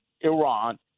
Iran